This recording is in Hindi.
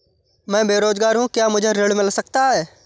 मैं बेरोजगार हूँ क्या मुझे ऋण मिल सकता है?